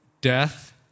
death